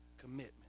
Commitment